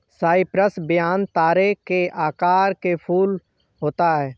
Cyprus vine तारे के आकार के फूल होता है